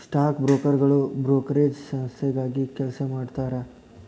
stock ಬ್ರೋಕರ್ಗಳು brokerage ಸಂಸ್ಥೆಗಾಗಿ ಕೆಲಸ ಮಾಡತಾರಾ